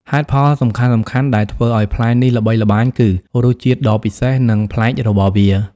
ហេតុផលសំខាន់ៗដែលធ្វើឲ្យផ្លែនេះល្បីល្បាញគឺ រសជាតិដ៏ពិសេស និងប្លែក របស់វា។